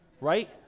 right